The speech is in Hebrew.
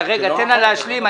תן לה להשלים.